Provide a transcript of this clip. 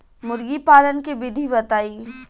मुर्गीपालन के विधी बताई?